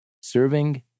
Serving